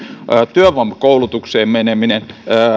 työvoimakoulutukseen meneminen